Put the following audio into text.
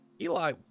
Eli